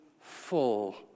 full